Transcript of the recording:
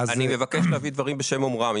אני מבקש להביא דברים בשם אומרם.